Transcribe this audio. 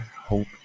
hope